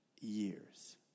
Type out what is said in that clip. years